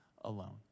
alone